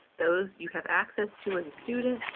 those you have access to as a student,